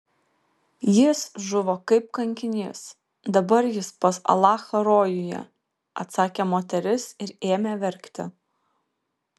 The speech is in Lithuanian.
jis žuvo kaip kankinys dabar jis pas alachą rojuje atsakė moteris ir ėmė verkti